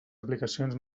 aplicacions